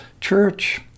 church